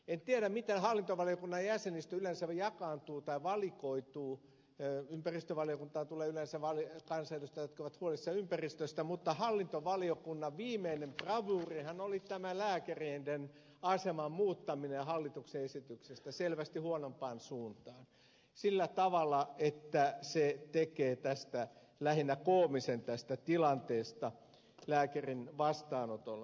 en tiedä miten hallintovaliokunnan jäsenistö yleensä jakaantuu tai valikoituu ympäristövaliokuntaan tulee yleensä kansanedustajia jotka ovat huolissaan ympäristöstä mutta hallintovaliokunnan viimeinen bravuurihan oli tämä lääkäreiden aseman muuttaminen hallituksen esityksestä selvästi huonompaan suuntaan sillä tavalla että se tekee tästä tilanteesta lääkärin vastaanotolla lähinnä koomisen